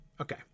Okay